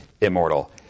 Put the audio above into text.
immortal